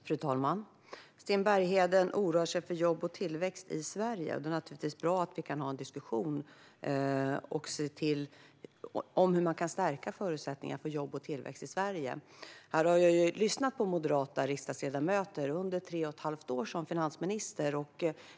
Fru talman! Sten Bergheden oroar sig för jobb och tillväxt i Sverige. Det är naturligtvis bra att vi kan ha en diskussion om hur man kan stärka förutsättningarna för jobb och tillväxt i Sverige. Jag har lyssnat på moderata riksdagsledamöter under tre och ett halvt år som finansminister.